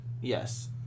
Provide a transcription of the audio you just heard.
Yes